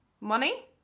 money